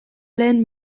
lehen